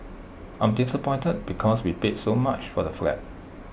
I'm disappointed because we paid so much for the flat